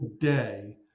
today